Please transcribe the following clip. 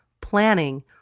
planning